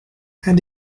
and